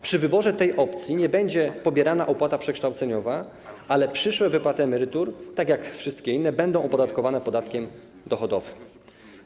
Przy wyborze tej opcji nie będzie pobierana opłata przekształceniowa, ale przyszłe wypłaty emerytur, tak jak wszystkie inne, będą opodatkowane podatkiem dochodowym.